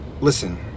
Listen